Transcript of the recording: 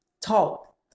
Talk